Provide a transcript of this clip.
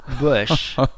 Bush